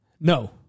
No